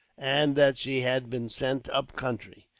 and that she had been sent up country,